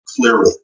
clearly